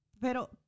Pero